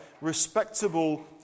respectable